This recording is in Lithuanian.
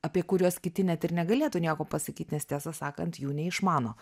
apie kuriuos kiti net ir negalėtų nieko pasakyt nes tiesą sakant jų neišmano